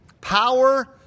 power